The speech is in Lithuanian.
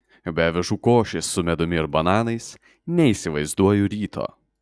be avižų košės su medumi ir bananais neįsivaizduoju ryto